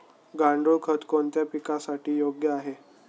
गांडूळ खत कोणत्या पिकासाठी योग्य आहे?